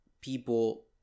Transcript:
people